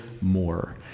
more